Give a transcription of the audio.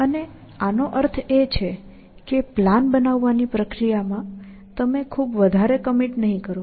અને આનો અર્થ એ છે કે પ્લાન બનાવવાની પ્રક્રિયામાં તમે ખૂબ વધારે કમીટ નહીં કરો